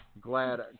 Glad